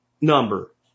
number